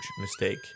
mistake